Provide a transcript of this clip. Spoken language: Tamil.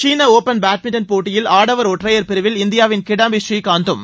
சீன ஒபன் பேட்மிண்டன் போட்டியில் ஆடவர் ஒற்றையர் பிரிவில் இந்தியாவின் கிடாம்பி பூரீகாந்த்தும்